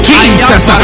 Jesus